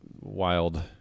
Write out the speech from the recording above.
wild